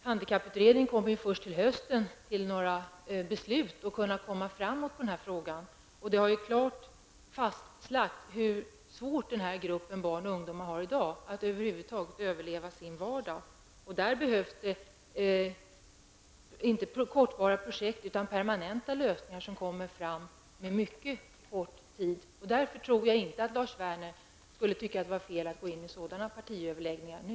Handikapputredningen har ju först till hösten att komma att fatta några beslut. Och det har ju klart fastlagts hur svårt den här gruppen barn och ungdomar har i dag att över huvud taget överleva sin vardag. Där behövs det inte kortsiktiga projekt utan permanenta lösningar som kommer fram på mycket kort tid. Därför tror jag inte att Lars Werner skulle tycka att det var fel att gå in i sådana partiöverläggningar nu.